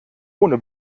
ohne